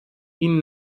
ihn